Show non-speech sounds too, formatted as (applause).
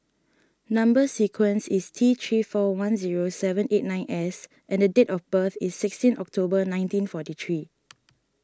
Number Sequence is T three four one zero seven eight nine S and the date of birth is sixteen October nineteen forty three (noise)